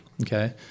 Okay